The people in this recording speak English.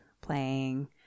playing